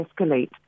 escalate